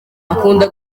akunda